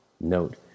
Note